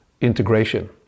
integration